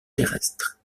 terrestre